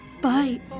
bye